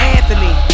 Anthony